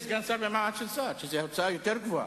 זה סיפור שקשור בכך שהמדיניות שלו היתה הרבה יותר קיצונית